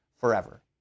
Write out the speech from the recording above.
forever